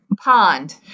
pond